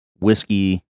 whiskey